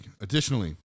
Additionally